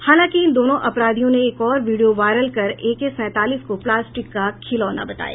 हालांकि इन दोनों अपराधियों ने एक और वीडियो वायरल कर एके सैंतालीस को प्लास्टिक का खिलौना बताया